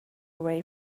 away